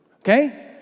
Okay